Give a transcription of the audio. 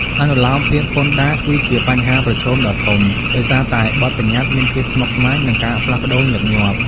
អនុលោមភាពពន្ធដារគឺជាបញ្ហាប្រឈមដ៏ធំ ដោយសារតែបទប្បញ្ញត្តិមានភាពស្មុគស្មាញ និងការផ្លាស់ប្តូរញឹកញាប់។